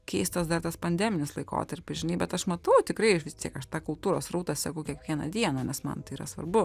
keistas dar tas pandeminis laikotarpis žinai bet aš matau tikrai aš vis tiek aš tą kultūros srautą seku kiekvieną dieną nes man tai yra svarbu